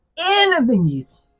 enemies